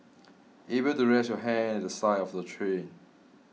able to rest your head at the side of the train